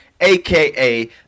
aka